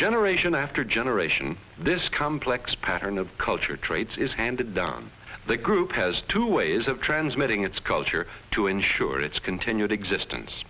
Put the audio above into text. generation after generation this complex pattern of culture traits is handed down the group has two ways of transmitting its culture to ensure its continued existence